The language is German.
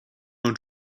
und